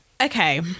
okay